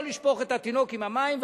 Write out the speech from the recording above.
לא לשפוך את התינוק עם המים,